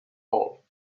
all